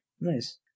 Nice